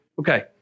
Okay